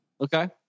Okay